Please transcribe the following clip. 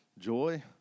Joy